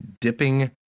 dipping